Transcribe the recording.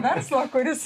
verslo kuris